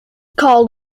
called